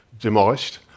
demolished